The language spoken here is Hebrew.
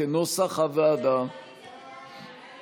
קבוצת סיעת מרצ וקבוצת סיעת ישראל ביתנו לסעיף 11 לא